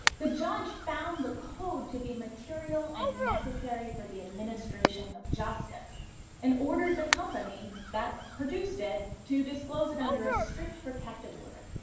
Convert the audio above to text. the judge found the code to be material and necessary for the administration of justice and ordered the company that produced it to disclose it under a strict protective order.